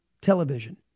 television